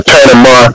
Panama